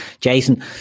jason